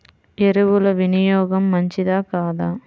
ఎరువుల వినియోగం మంచిదా కాదా?